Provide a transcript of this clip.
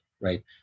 Right